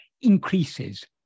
increases